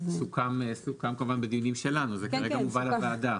סוכם כמובן בדיונים שלנו, זה כרגע מובא לועדה.